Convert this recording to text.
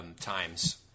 times